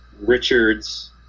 Richards